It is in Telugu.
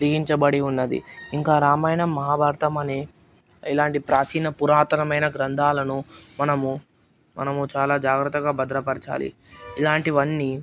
లిఖించబడి ఉన్నది ఇంకా రామాయణం మహాభారతం అనే ఇలాంటి ప్రాచీన పురాతనమైన గ్రంథాలను మనము మనము చాలా జాగ్రత్తగా భద్రపరచాలి ఇలాంటివన్నీ